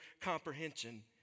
comprehension